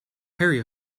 harry